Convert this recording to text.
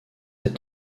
est